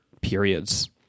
periods